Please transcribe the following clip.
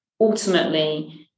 ultimately